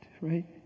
right